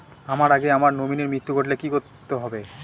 আমার আগে আমার নমিনীর মৃত্যু ঘটলে কি করতে হবে?